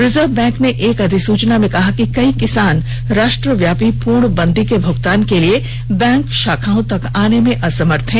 reserve bank ने एक अधिसूचना में कहा कि कई किसान राष्ट्रव्यापी पूर्ण बंदी में भुगतान के लिए बैंक शाखाओं तक आने में असमर्थ हैं